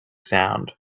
sound